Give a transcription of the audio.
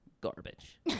Garbage